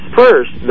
first